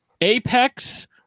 Apex